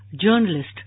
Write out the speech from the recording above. journalist